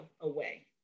away